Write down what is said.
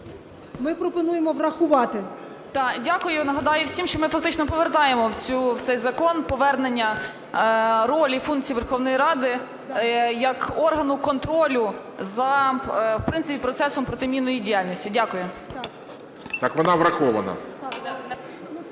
БОБРОВСЬКА С.А. Так, дякую. Нагадаю всім, що ми фактично повертаємо в цей закон повернення ролі і функцій Верховної Ради як органу контролю за, в принципі, процесом протимінної діяльності. Дякую. ГОЛОВУЮЧИЙ. Так вона врахована.